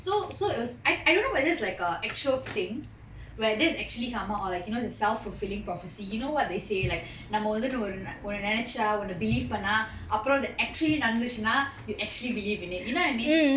so so it was I I don't know whether is like a actual thing where this actually karma or like you know it's a self fulfilling prophecy you know what they say like நம்ம வந்து நம்ம ஒரு ஒன்ன நெனச்சா ஒன்ன:namma vanthu namma oru onna nenacha onna believe பண்ணா அப்புறம் அது:panna appuram athu actually நடந்துச்சினா:nadanthuchina we actually believe in it you know what I mean